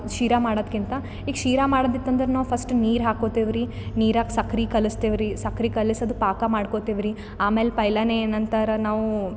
ಶಿರ ಮಾಡೋದ್ಕಿಂತ ಈಗ ಶೀರ ಮಾಡೋದಿತ್ತು ಅಂದ್ರೆ ನಾವು ಫಸ್ಟ್ ನೀರು ಹಾಕೊತೀವ್ರಿ ನೀರಾಕಿ ಸಕ್ಕರೆ ಕಲಸ್ತೀವ್ರಿ ಸಕ್ಕರೆ ಕಲ್ಸಿದ್ ಪಾಕ ಮಾಡಿಕೋತೀವ್ರಿ ಆಮೇಲೆ ಪಹ್ಲನೆ ಏನಂತರ ನಾವು